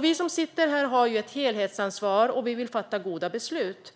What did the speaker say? Vi som sitter här har ju ett helhetsansvar, och vi vill fatta goda beslut.